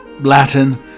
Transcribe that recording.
Latin